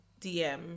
DM